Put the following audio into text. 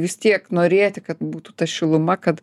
vis tiek norėti kad būtų ta šiluma kad